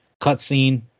cutscene